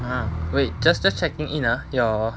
ah wait just just checking in ah your